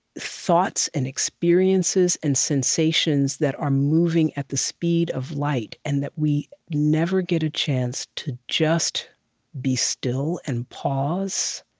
thoughts and experiences and sensations sensations that are moving at the speed of light and that we never get a chance to just be still and pause